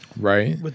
Right